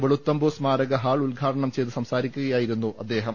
വെളുത്തമ്പു സ്മാരക ഹാൾ ഉദ്ഘാടനം ചെയ്ത് സംസാരിക്കുകയായിരുന്നു അദ്ദേഹം